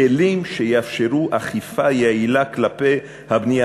כלים שיאפשרו אכיפה יעילה כלפי הבנייה